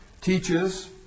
teaches